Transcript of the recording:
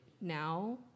now